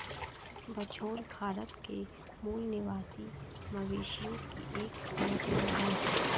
बछौर भारत के मूल निवासी मवेशियों की एक नस्ल है